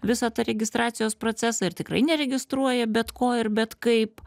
visą tą registracijos procesą ir tikrai neregistruoja bet ko ir bet kaip